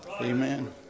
Amen